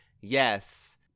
yes